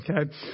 Okay